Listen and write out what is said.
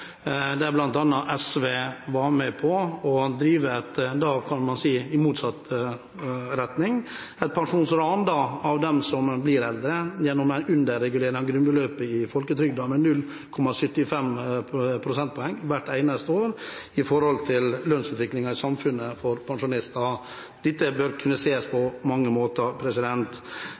der bl.a. SV var med på å drive – kan man si i motsatt retning – et pensjonsran av dem som blir eldre, gjennom en underregulering av grunnbeløpet i folketrygden med 0,75 prosentpoeng hvert eneste år i forhold til lønnsutviklingen i samfunnet for pensjonister. Dette bør man kunne